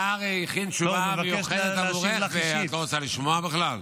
הוא מבקש להשיב לך אישית.